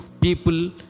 people